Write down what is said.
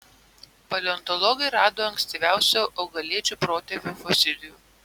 paleontologai rado ankstyviausio augalėdžių protėvio fosilijų